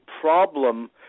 problem